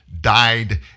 died